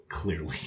Clearly